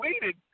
waited